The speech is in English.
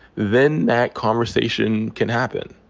then that conversation can happen.